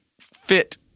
fit